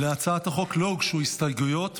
להצעת החוק לא הוגשו הסתייגויות,